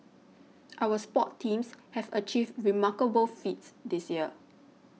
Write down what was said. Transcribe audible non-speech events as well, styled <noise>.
<noise> our sports teams have achieved remarkable feats this year